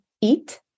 eat